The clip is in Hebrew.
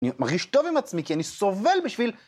אני מרגיש טוב עם עצמי, כי אני סובל בשביל...